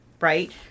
right